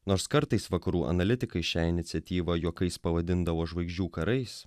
nors kartais vakarų analitikai šią iniciatyvą juokais pavadindavo žvaigždžių karais